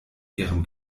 ihrem